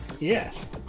Yes